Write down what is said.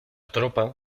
tropa